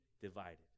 divided